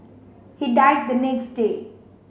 he died the next day